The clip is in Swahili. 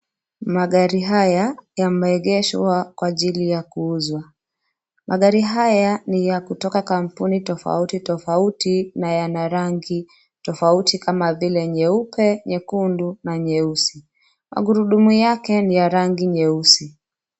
Magari haya, yameegeshwa, kwa ajili ya kuuzwa. Magari haya ni ya kutoka kampuni tofauti tofauti, na yana rangi tofauti kama vile: nyeupe, nyekundu, na nyeusi. Magurudumu yake ni ya rangi nyeusi.